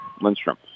Lindstrom